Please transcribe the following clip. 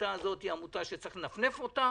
העמותה הזאת היא עמותה שצריך לנפנף אותה